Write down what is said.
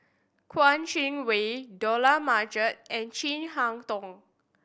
Kouo Shang Wei Dollah Majid and Chin Harn Tong